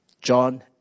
John